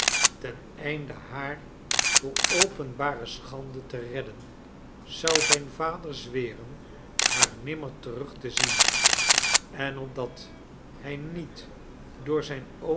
ten einde haar voor openbare schande te redden zou zijn vader zweren haar nimmer terug te zien en op dat hij niet door zijn oom